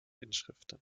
inschriften